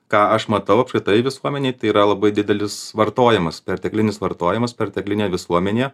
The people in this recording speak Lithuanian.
ką aš matau apskritai visuomenėj tai yra labai didelis vartojimas perteklinis vartojimas perteklinė visuomenė